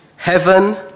Heaven